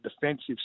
defensive